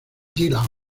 dylan